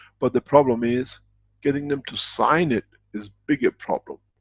but the problem is getting them to sign it, is bigger problem,